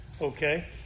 Okay